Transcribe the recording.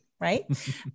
Right